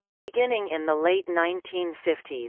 beginning in the late nineteen fifty s,